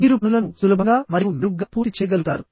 మీరు పనులను సులభంగా మరియు మెరుగ్గా పూర్తి చేయగలుగుతారు